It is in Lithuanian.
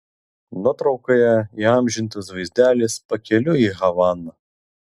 nuotraukoje įamžintas vaizdelis pakeliui į havaną